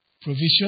provision